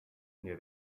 near